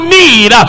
need